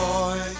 Boy